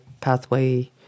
pathway